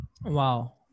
Wow